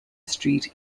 street